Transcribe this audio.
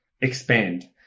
expand